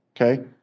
okay